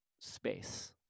space